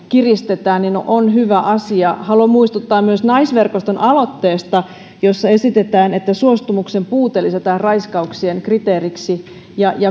kiristetään on hyvä asia haluan muistuttaa myös naisverkoston aloitteesta jossa esitetään että suostumuksen puute lisätään raiskauksien kriteeriksi yhdyn